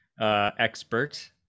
expert